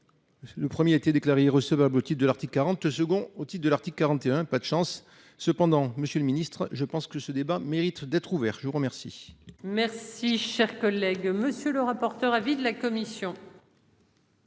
Le 1er été déclarée recevable otite de l'article 40 second au titre de l'article 41. Pas de chance, cependant Monsieur le Ministre, je pense que ce débat mérite d'être ouvert, je vous remercie. Merci, chers collègues, monsieur le rapporteur. Avis de la commission.